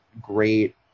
great